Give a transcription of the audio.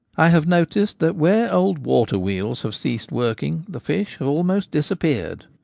i have noticed that where old water-wheels have ceased working the fish have almost disappeared.